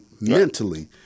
mentally